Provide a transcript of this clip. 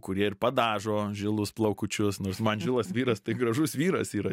kurie ir padažo žilus plaukučius nors man žilas vyras tai gražus vyras yra